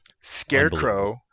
Scarecrow